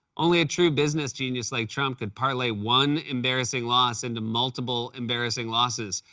only a true business genius like trump could parlay one embarrassing loss into multiple embarrassing losses.